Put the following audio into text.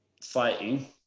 fighting